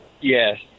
Yes